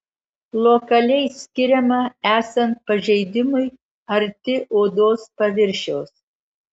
lokaliai skiriama esant pažeidimui arti odos paviršiaus